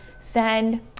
send